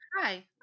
hi